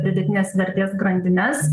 pridėtinės vertės grandines